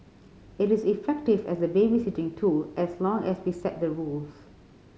it is effective as a babysitting tool as long as we set the rules